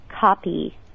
copy